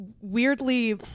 weirdly